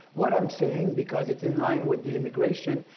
what i'm saying because it's in line with the immigration,